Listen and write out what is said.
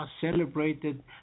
celebrated